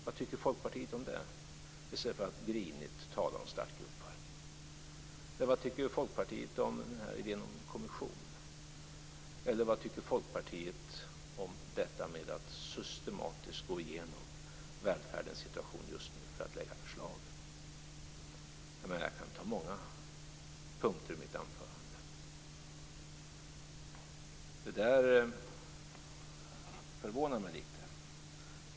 Vad tycker Folkpartiet om det, i stället för att grinigt tala om startgropar? Vad tycker Folkpartiet om idén om kommission, eller vad tycker Folkpartiet om detta att systematiskt gå igenom välfärdens situation just nu för att lägga fram förslag? Jag kan ta upp många punkter i mitt anförande. Det där förvånar mig lite.